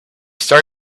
start